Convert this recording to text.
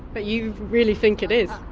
but you really think it is.